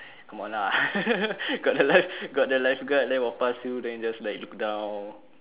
come on lah got the life got the lifeguard there walk past you then you just like look down